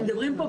מדברים פה,